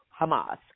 Hamas